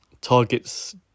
targets